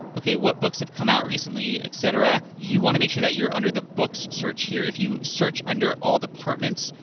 okay, what books have come out recently, et cetera, you wanna make sure that you're under the books search here. if you search under all departments,